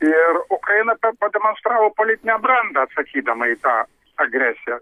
ir ukraina pademonstravo politinę brandą atsakydama į tą agresiją